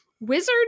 wizard